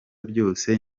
byose